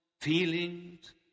feelings